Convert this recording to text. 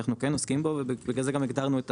שאנחנו כן עוסקים בו ובגלל זה גם הגדרנו את